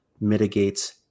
mitigates